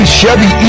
Chevy